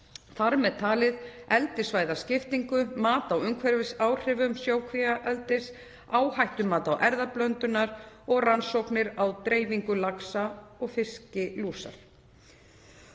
þar með talið eldissvæðaskiptingu, mat á umhverfisáhrifum sjókvíaeldis, áhættumat á erfðablöndun og rannsóknir á dreifingu laxa og fiskilúsar.